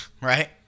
Right